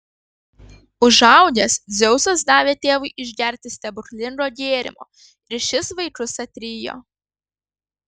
užaugęs dzeusas davė tėvui išgerti stebuklingo gėrimo ir šis vaikus atrijo